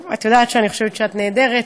טוב, את יודעת שאני חושבת שאת נהדרת.